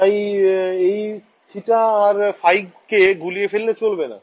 তাই এই θ আর ϕ কে গুলিয়ে ফেললে চলবে না